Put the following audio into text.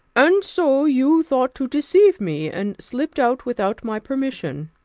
and so you thought to deceive me, and slipped out without my permission.